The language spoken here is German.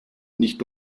nicht